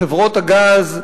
לחברות הגז: